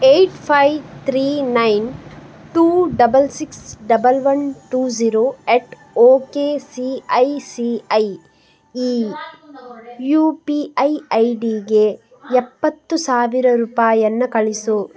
eight five three nine two double six double one two zero eight O K C I C I ಈ U P I I ಡಿಗೆ ಎಪ್ಪತ್ತು ಸಾವಿರ ರೂಪಾಯಿಯನ್ನ ಕಳಿಸು